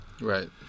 Right